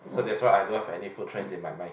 so that's why I don't have any food trends in my mind